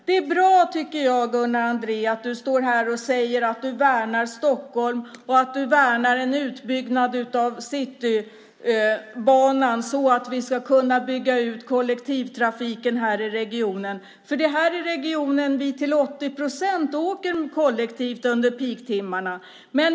Det är bra, Gunnar Andrén, att du står här och säger att du värnar om Stockholm och att du värnar om en utbyggnad av Citybanan så att vi ska kunna bygga ut kollektivtrafiken här i regionen, för det är i denna region vi till 80 procent åker kollektivt under peak timmarna.